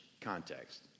context